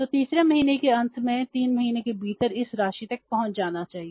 तो तीसरे महीने के अंत में 3 महीने के भीतर इस राशि तक पहुंच जाना चाहिए